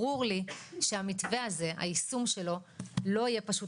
ברור לי שהיישום של המתווה הזה לא יהיה פשוט